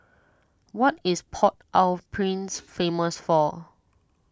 what is Port Au Prince famous for